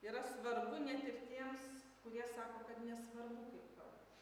yra svarbu net ir tiems kurie sako kad nesvarbu kaip kalbame